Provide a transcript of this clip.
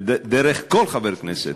דרך כל חבר כנסת,